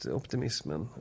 optimismen